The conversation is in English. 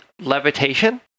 levitation